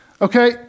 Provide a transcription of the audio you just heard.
okay